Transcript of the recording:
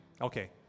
Okay